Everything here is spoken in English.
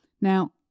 Now